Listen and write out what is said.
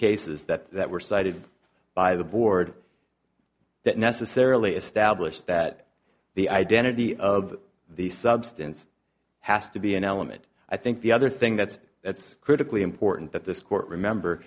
cases that that were cited by the board that necessarily establish that the identity of the substance has to be an element i think the other thing that's that's critically important that this court remember